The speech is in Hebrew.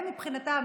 מבחינתם,